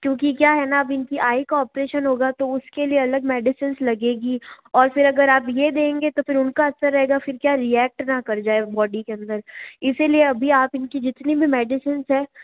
क्योंकि क्या है ना अब इनकी आई का ऑपरेशन होगा तो उसके लिए अलग मेडिसिन्स लगेगी और फिर अगर आप ये देंगे तो फिर उनका असर रहेगा फिर क्या रिऐक्ट ना कर जाए बॉडी के अंदर इसीलिए अभी आप इनकी जितनी भी मेडिसिन्स है